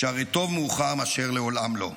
שהרי טוב מאוחר מאשר לעולם לא.